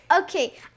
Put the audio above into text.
Okay